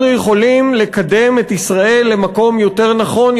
אנחנו יכולים לקדם את ישראל למקום יותר נכון,